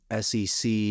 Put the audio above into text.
sec